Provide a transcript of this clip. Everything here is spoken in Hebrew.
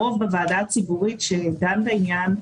הרוב בוועדה הציבורית שדנה בעניין,